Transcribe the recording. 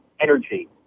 energy